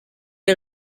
les